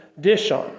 Dishon